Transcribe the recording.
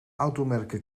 automerken